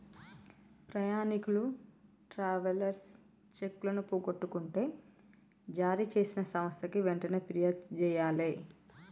ప్రయాణీకులు ట్రావెలర్స్ చెక్కులను పోగొట్టుకుంటే జారీచేసిన సంస్థకి వెంటనే పిర్యాదు జెయ్యాలే